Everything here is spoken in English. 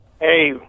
Hey